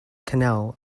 canal